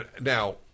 Now